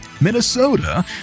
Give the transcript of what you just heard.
Minnesota